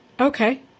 Okay